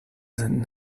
sind